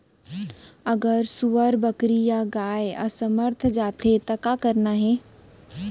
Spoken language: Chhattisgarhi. अगर सुअर, बकरी या गाय असमर्थ जाथे ता का करना हे?